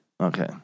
Okay